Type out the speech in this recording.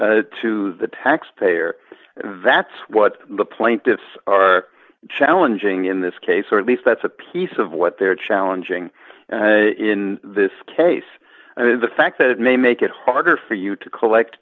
value to the taxpayer that's what the plaintiffs are challenging in this case or at least that's a piece of what they're challenging in this case i mean the fact that it may make it harder for you to collect